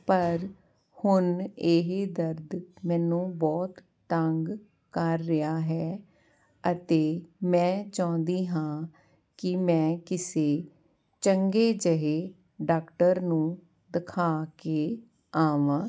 ਪਰ ਹੁਣ ਇਹੀ ਦਰਦ ਮੈਨੂੰ ਬਹੁਤ ਤੰਗ ਕਰ ਰਿਹਾ ਹੈ ਅਤੇ ਮੈਂ ਚਾਹੁੰਦੀ ਹਾਂ ਕਿ ਮੈਂ ਕਿਸੇ ਚੰਗੇ ਜਿਹੇ ਡਾਕਟਰ ਨੂੰ ਦਿਖਾ ਕੇ ਆਵਾਂ